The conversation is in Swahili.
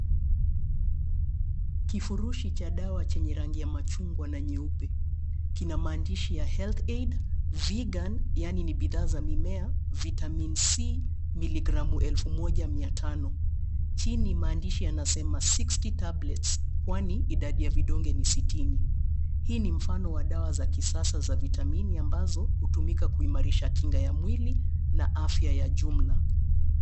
Kifurushi cha dawa chenye rangi ya machungwa na nyeupe. Kina maandishi ya health aid ,vegan yaani ni bidhaa za mimea ,vitamin -c milligramu elfu Moja mia tano. Chini maandishi yanasema 60 tablets. Kwani idadi ya vidonge ni sitini..Hii ni mfano wa dawa za kisasa za vitamini ambazo hutumika kuimarisha kinga ya mwili, na afya ya jumla.